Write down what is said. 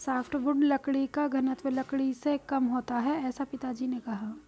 softwood लकड़ी का घनत्व लकड़ी से कम होता है ऐसा पिताजी ने कहा